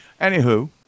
Anywho